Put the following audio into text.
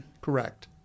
Correct